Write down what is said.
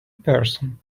person